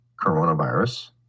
coronavirus